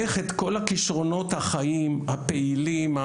איך את כל כישרונות החיים הפעילים,